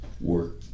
work